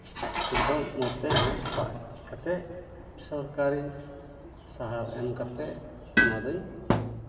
ᱚᱱᱟ ᱫᱚ ᱢᱚᱡᱽ ᱛᱮ ᱦᱮᱲᱦᱮᱫ ᱥᱟᱯᱷᱟ ᱠᱟᱛᱮᱫ ᱥᱚᱨᱠᱟᱨᱤ ᱥᱟᱦᱟᱨ ᱮᱢ ᱠᱟᱛᱮᱫ ᱚᱱᱟ ᱫᱩᱧ